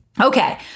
Okay